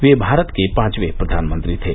वे भारत के पांचवे प्रधानमंत्री थे